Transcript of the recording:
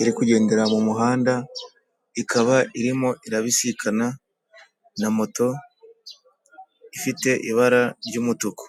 iri kugendera mu muhanda, ikaba irimo irabisikana na moto ifite ibara ry'umutuku.